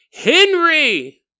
Henry